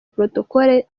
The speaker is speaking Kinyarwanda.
protocole